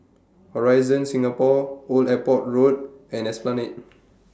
Horizon Singapore Old Airport Road and Esplanade